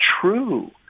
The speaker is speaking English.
true